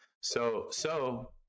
so-so